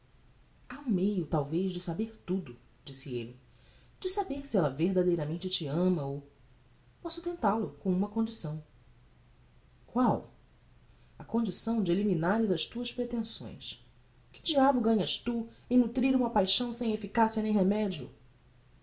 um meio talvez de saber tudo disse elle de saber se ella verdadeiramente te ama ou posso tenta lo com uma condição qual a condição de eliminares as tuas pretenções que diabo ganhas tu em nutrir uma paixão sem efficacia nem remedio